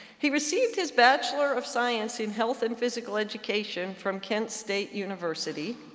he received his bachelor of science in health and physical education from kent state university,